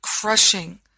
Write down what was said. crushing